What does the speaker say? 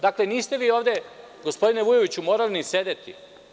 Dakle, niste vi ovde, gospodine Vujoviću, morali ni sedeti.